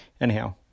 Anyhow